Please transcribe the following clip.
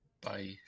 Bye